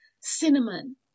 cinnamon